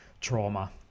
trauma